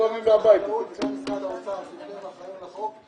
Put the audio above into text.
החקלאות וגם משרד האוצר, ששניהם אחראים לחוק,